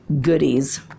goodies